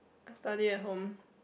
I study at home